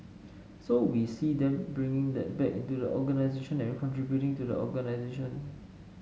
so we see them bringing that back into the organisation and contributing to the organisation